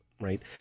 right